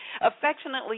affectionately